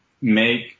make